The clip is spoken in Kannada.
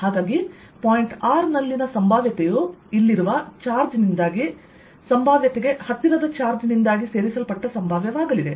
ಆದ್ದರಿಂದ ಪಾಯಿಂಟ್ r ನಲ್ಲಿನ ಸಂಭಾವ್ಯತೆಯು ಇಲ್ಲಿರುವ ಚಾರ್ಜ್ನಿಂದಾಗಿ ಸಂಭಾವ್ಯತೆಗೆ ಹತ್ತಿರದ ಚಾರ್ಜ್ ನಿಂದಾಗಿ ಸೇರಿಸಲ್ಪಟ್ಟ ಸಂಭಾವ್ಯವಾಗಲಿದೆ